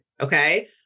Okay